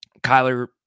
Kyler